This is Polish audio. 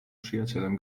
przyjacielem